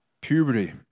puberty